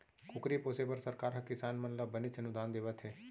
कुकरी पोसे बर सरकार हर किसान मन ल बनेच अनुदान देवत हे